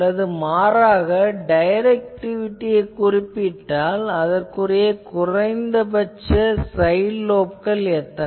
அல்லது மாறாக டைரக்டிவிட்டியைக் குறிப்பிட்டால் அதற்குரிய குறைந்தபட்ச சைட் லோப்கள் எத்தனை